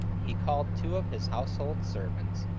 he called two of his household servants,